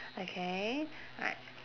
okay alright